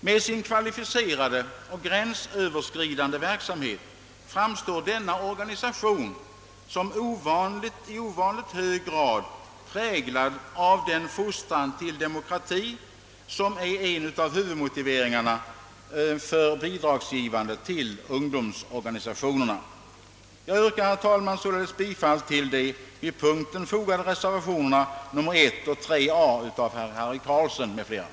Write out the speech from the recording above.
Med sin kvalificerade och gränsöverskridande verksamhet framstår denna organisation som i ovanligt hög grad präglad av den fostran till demokrati som är en av huvudmotiveringarna för bidragsgivande till ungdomsorganisationerna. Herr talman! Jag yrkar bifall till de vid punkten 62 fogade reservationerna 1 och 3 a av herr Harry Carlsson m.fl.